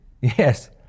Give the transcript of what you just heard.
yes